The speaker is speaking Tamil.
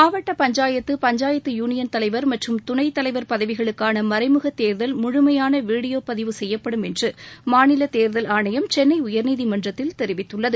மாவட்ட பஞ்சாயத்து பஞ்சாயத்து யூனியன் தலைவர் மற்றும் துணைத்தலைவர் பதவிகளுக்கான மறைமுக தேர்தல் முழுமையான வீடியோ பதிவு செய்யப்படும் என்று மாநில தேர்தல் ஆணையம் சென்னை உயர்நீதிமன்றத்தில் தெரிவித்துள்ளது